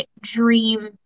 dream